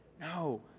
no